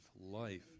life